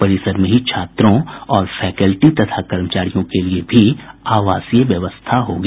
परिसर में ही छात्रों और फैकल्टी तथा कर्मचारियों के लिए भी आवासीय व्यवस्था रहेगी